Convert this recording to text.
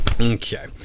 Okay